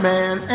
Man